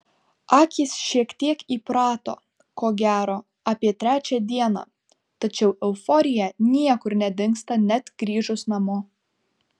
akys šiek tiek įprato ko gero apie trečią dieną tačiau euforija niekur nedingsta net grįžus namo